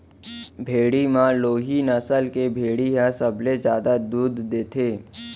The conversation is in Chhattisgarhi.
भेड़ी म लोही नसल के भेड़ी ह सबले जादा दूद देथे